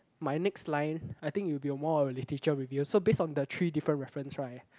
my next line I think it will be more of a literature review so based on the three different reference right